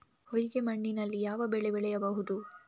ಹೊಯ್ಗೆ ಮಣ್ಣಿನಲ್ಲಿ ಯಾವ ಬೆಳೆ ಬೆಳೆಯಬಹುದು?